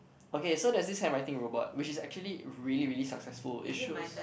okay so there's this handwriting robot which is actually really really successful it shows